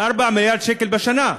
4 מיליארד שקל בשנה.